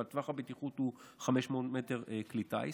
וטווח הבטיחות הוא 500 מטר לכלי טיס.